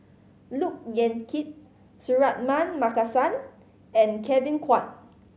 Look Yan Kit Suratman Markasan and Kevin Kwan